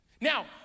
Now